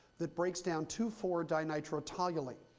that breaks down to four dinitrotoluene.